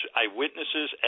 eyewitnesses